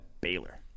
Baylor